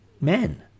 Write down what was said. men